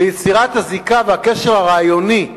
ליצירת הזיקה והקשר הרעיוני,